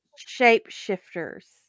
shapeshifters